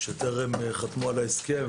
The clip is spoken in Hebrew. שטרם חתמו על ההסכם,